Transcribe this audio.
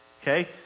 Okay